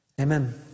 Amen